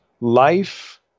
life